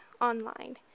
online